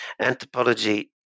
anthropology